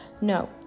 No